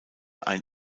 ein